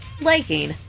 liking